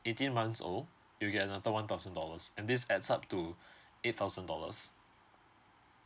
eighteen months old you'll get another one thousand dollars and these adds up to eight thousand dollars